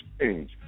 change